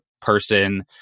person